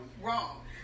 Wrong